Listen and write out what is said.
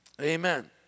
Amen